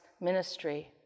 ministry